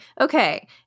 okay